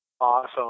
awesome